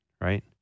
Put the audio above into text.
right